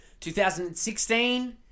2016